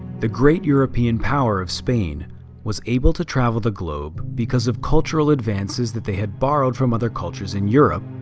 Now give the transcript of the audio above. the great european power of spain was able to travel the globe because of cultural advances that they had borrowed from other cultures in europe,